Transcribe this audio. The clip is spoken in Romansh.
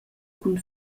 cun